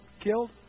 killed